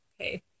Okay